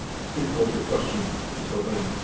ah please hold your questions until then.